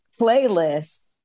playlist